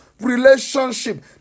relationship